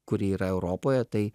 kuri yra europoje tai